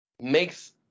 Makes